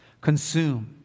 Consume